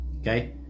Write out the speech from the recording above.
Okay